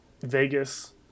Vegas